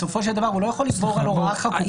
בסופו של דבר הוא לא יכול לגבור על הוראה חקוקה.